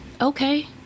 Okay